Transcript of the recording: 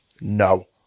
No